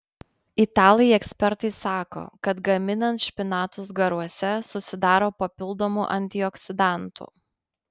italai ekspertai sako kad gaminant špinatus garuose susidaro papildomų antioksidantų